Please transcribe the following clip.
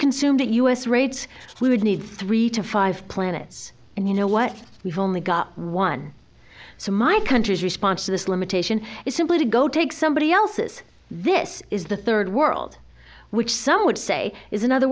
consumed at us rates we would need three to five planets and you know what we've only got one so my country's response to this limitation is simply to go take somebody else's this is the third world which some would say is another